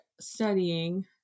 studying